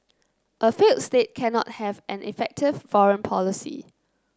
a failed state cannot have an effective foreign policy